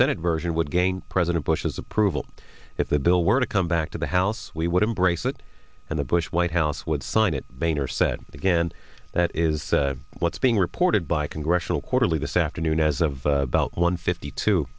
senate version would gain president bush's approval if the bill were to come back to the house we would embrace it and the bush white house would sign it boehner said again that is what's being reported by congressional quarterly this afternoon as of about one fifty